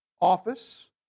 office